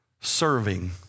serving